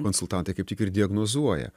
konsultantai kaip tik ir diagnozuoja